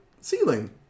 ceiling